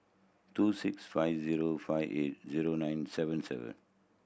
two six five zero five eight zero nine seven seven